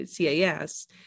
cas